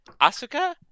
Asuka